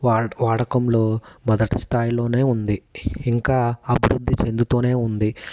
వాడకంలో మొదటి స్థాయిలోనే ఉంది ఇంకా అభివృద్ధి చెందుతూనే ఉంది